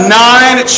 nine